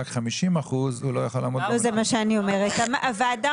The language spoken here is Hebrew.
אני לא אמרת, זה מה שאמר פרופ'